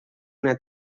una